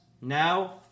now